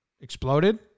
exploded